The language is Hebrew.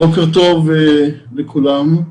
טוב לכולם.